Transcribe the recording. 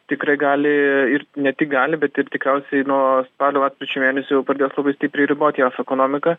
tikrai gali ir ne tik gali bet ir tikriausiai nuo spalio lapkričio mėnesio jau pradės labai stipriai riboti jos ekonomiką